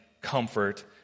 comfort